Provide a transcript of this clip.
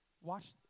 Watch